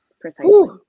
Precisely